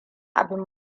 abin